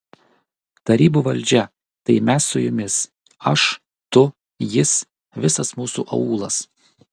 tarybų valdžia tai mes su jumis aš tu jis visas mūsų aūlas